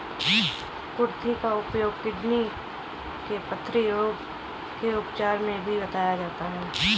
कुर्थी का उपयोग किडनी के पथरी रोग के उपचार में भी बताया जाता है